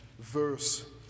Verse